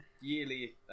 yearly